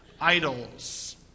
idols